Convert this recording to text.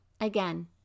Again